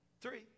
three